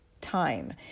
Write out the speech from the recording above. time